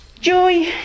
joy